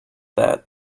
that